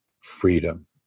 freedom